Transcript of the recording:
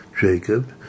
Jacob